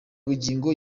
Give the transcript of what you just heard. bugingo